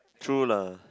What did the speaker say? true lah